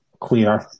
clear